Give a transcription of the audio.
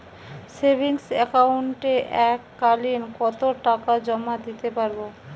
Savings একাউন্টে এক কালিন কতটাকা জমা দিতে পারব?